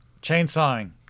chainsawing